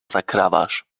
zakrawasz